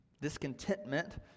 Discontentment